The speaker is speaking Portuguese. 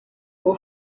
por